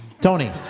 Tony